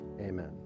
amen